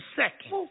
second